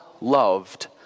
loved